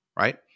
right